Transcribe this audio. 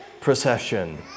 procession